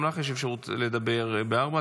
גם לך יש אפשרות לדבר ארבע,